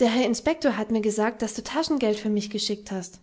der herr inspektor hat mir gesagt das du taschengeld fir mich geschickt hast